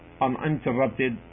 uninterrupted